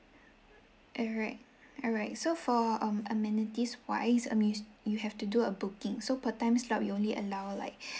alright alright so for um amenities wise amidst you have to do a booking so per time slot we only allow like